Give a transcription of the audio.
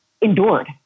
endured